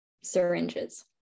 syringes